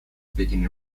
speaking